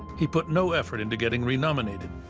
he put no effort into getting renominated.